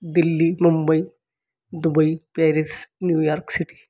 Delhi Mumbai Dubai Paris New York city